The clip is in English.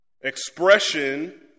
Expression